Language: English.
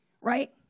right